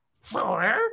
Four